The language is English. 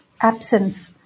absence